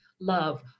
love